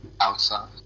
outside